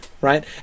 right